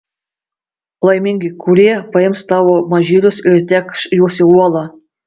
laimingi kurie paims tavo mažylius ir tėkš juos į uolą